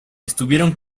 estuvieron